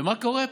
ומה קורה פה,